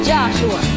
Joshua